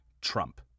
Trump